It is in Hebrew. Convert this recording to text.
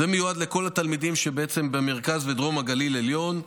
זה מיועד לכל התלמידים שהם במרכז ודרום הגליל העליון,